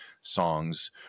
songs